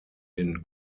den